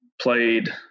played